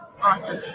awesome